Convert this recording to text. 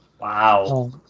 Wow